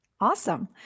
Awesome